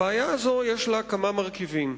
לבעיה הזאת יש כמה מרכיבים,